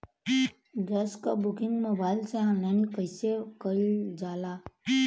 Gas क booking mobile से online कईसे कईल जाला?